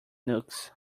nukes